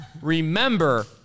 Remember